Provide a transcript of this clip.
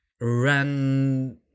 run